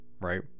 right